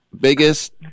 Biggest